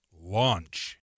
launch